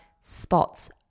spots